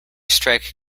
strike